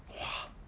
!wah!